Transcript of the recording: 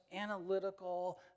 analytical